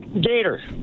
Gator